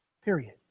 Period